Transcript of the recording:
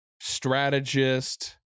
strategist